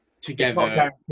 together